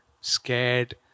scared